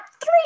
three